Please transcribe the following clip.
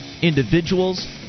individuals